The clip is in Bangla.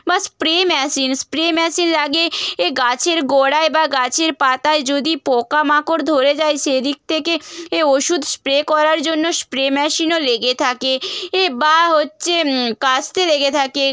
বা স্প্রে মেশিন স্প্রে মেশিন লাগে এ গাছের গোড়ায় বা গাছের পাতায় যদি পোকামাকড় ধরে যায় সে দিক থেকে এ ওষুধ স্প্রে করার জন্য স্প্রে মেশিনও লেগে থাকে এ বা হচ্ছে কাস্তে লেগে থাকে